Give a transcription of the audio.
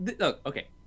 okay